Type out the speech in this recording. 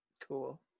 Cool